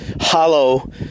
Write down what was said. hollow